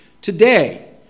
Today